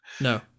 No